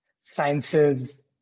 sciences